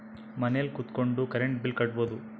ಮನೆಲ್ ಕುತ್ಕೊಂಡ್ current bill ಕಟ್ಬೊಡು